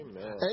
Amen